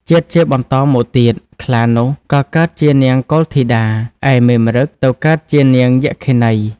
ជាតិជាបន្តមកទៀត ខ្លានោះ ទៅកើតជានាងកុលធីតា ឯមេម្រឹគ ទៅកើតជានាងយក្ខិនី ។